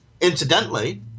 incidentally